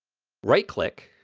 right-click.